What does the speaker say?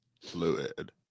Fluid